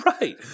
Right